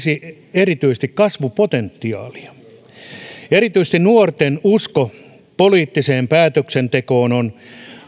erityisesti kasvupotentiaalia erityisesti nuorten uskoa poliittiseen päätöksentekoon on